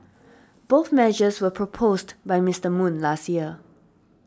both measures were proposed by Mister Moon last year